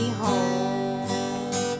home